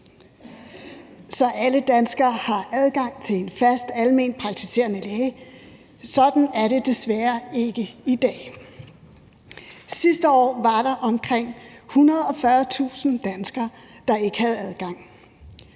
så alle danskere har adgang til en fast almenpraktiserende læge. Sådan er det desværre ikke i dag. Sidste år var der omkring 140.000 danskere, der ikke havde adgang